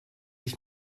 ich